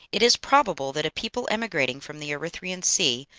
it is probable that a people emigrating from the erythraean sea,